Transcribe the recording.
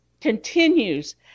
continues